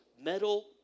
metal